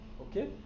Okay